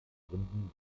gründen